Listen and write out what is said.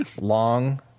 Long